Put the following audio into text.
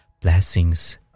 blessings